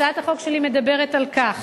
הצעת החוק שלי מדברת על כך